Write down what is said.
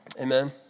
Amen